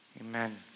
Amen